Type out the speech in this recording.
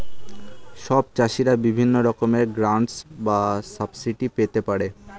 সব চাষীরা বিভিন্ন রকমের গ্র্যান্টস আর সাবসিডি পেতে পারে